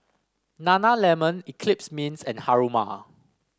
Nana lemon Eclipse Mints and Haruma